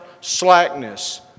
slackness